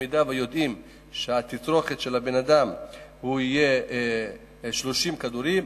אם יודעים שהתצרוכת של הבן-אדם תהיה 30 כדורים,